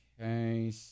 Okay